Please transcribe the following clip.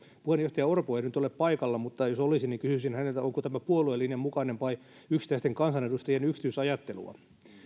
puheenjohtaja orpo ei nyt ole paikalla mutta jos olisi kysyisin häneltä onko tämä puolueen linjan mukainen vai yksittäisten kansanedustajien yksityisajattelua